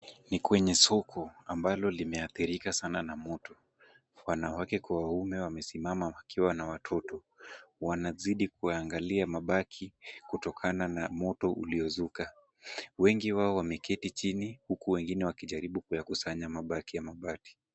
Ni kwenye soko ambalo limeathirika sana na moto. Wanawake kwa waume wamesimama wakiwa na watoto, wanazidi kuangalia mabaki kutokana na moto uliozuka. Wengi wao wameketi chini huku wengine wakijaribu kuyakusanya mabaki ya mabati.